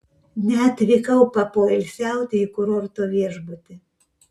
neatvykau papoilsiauti į kurorto viešbutį